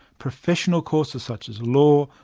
professional courses such as law,